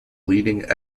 leading